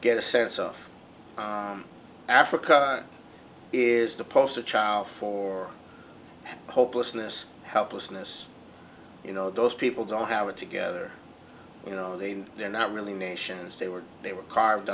get a sense of africa is the poster child for hopelessness helplessness you know those people don't have it together you know they don't they're not really nations they were they were carved